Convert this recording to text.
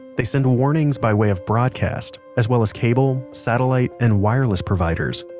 they send warnings by way of broadcast, as well as cable, satellite, and wireless providers.